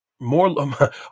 more